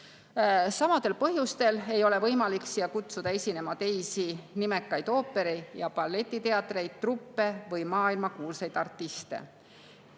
Samadel põhjustel ei ole võimalik siia kutsuda esinema teisi nimekaid ooperi- ja balletiteatri truppe ega maailmakuulsaid artiste. Eespool